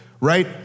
right